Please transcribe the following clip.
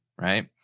right